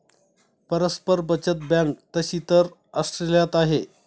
परस्पर बचत बँक तशी तर ऑस्ट्रेलियात आहे